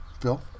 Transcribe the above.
Phil